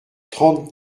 trente